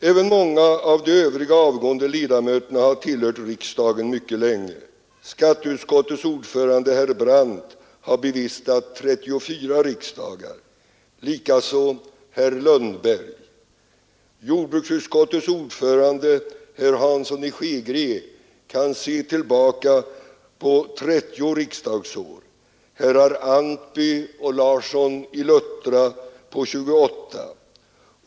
Även många av de övriga avgående ledamöterna har tillhört riksdagen mycket länge. Skatteutskottets ordförande herr Brandt har bevistat 34 riksdagar, likaså herr Lundberg. Jordbruksutskottets ordförande herr Hansson i Skegrie kan se tillbaka på 30 riksdagsår, herrar Antby och Larsson i Luttra på 28.